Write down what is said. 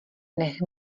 nech